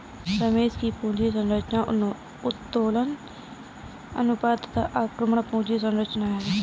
रमेश की पूंजी संरचना उत्तोलन अनुपात तथा आक्रामक पूंजी संरचना है